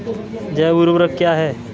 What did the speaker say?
जैव ऊर्वक क्या है?